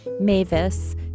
Mavis